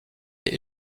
les